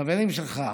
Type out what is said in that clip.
של החברים שלך,